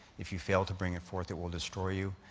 if you fail to bring it forth, it will destroy you.